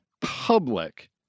public